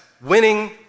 winning